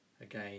Again